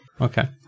okay